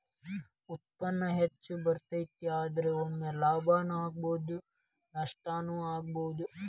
ಉತ್ಪನ್ನಾ ಹೆಚ್ಚ ಬರತತಿ, ಆದರ ಒಮ್ಮೆ ಲಾಭಾನು ಆಗ್ಬಹುದು ನಷ್ಟಾನು ಆಗ್ಬಹುದು